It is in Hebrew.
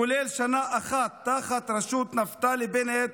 כולל שנה אחת תחת ראשות נפתלי בנט,